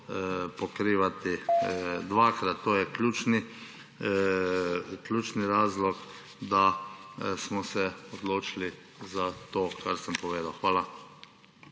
pokrivati dvakrat. To je ključni razlog, da smo se odločili za to, kar sem povedal. Hvala.